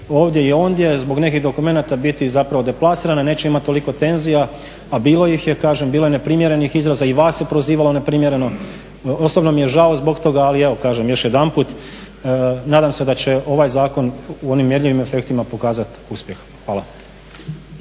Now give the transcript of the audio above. ovdje i ondje zbog nekih dokumenata biti zapravo deplasirana, neće imati toliko tenzija, a bilo ih je. Kažem, bilo je neprimjerenih izraza i vas se prozivalo neprimjereno. Osobno mi je žao zbog toga, ali evo kažem još jedanput nadam se da će ovaj zakon u onim mjerljivim efektima pokazati uspjeh. Hvala.